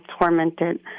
tormented